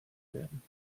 werden